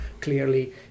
clearly